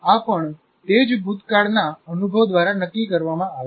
આ પણ તે જ ભૂતકાળના અનુભવ દ્વારા નક્કી કરવામાં આવે છે